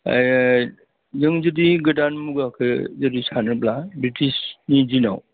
नों जुदि गोदान मुगाखौ जुदि सानोब्ला ब्रिटिशनि दिनाव